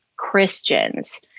Christians